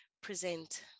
present